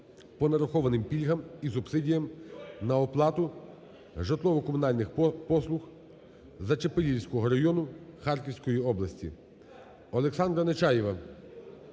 по нарахованим пільгам і субсидіям на оплату житлово-комунальних послуг Зачепилівського району Харківської області. Олександра Нечаєва